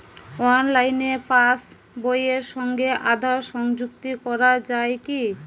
অনলাইনে পাশ বইয়ের সঙ্গে আধার সংযুক্তি করা যায় কি?